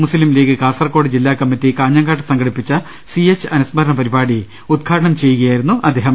മുസ്സിം ലീഗ് കാസർകോട് ജില്ലാ കമ്മിറ്റി കാഞ്ഞങ്ങാട്ട് സംഘടിപ്പിച്ച സിഎ ച്ച് അനുസ്മരണ പരിപാടി ഉദ്ഘാടനം ചെയ്ത് സംസാരിക്കുകയായിരുന്നു അദ്ദേ ഹം